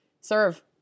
serve